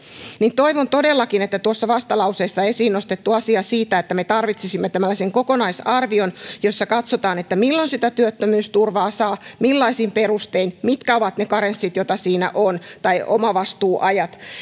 niin toivon todellakin tuota vastalauseessa esiin nostettua asiaa että me tarvitsisimme tällaisen kokonaisarvion jossa katsotaan milloin sitä työttömyysturvaa saa millaisin perustein ja mitkä ovat ne karenssit tai omavastuuajat joita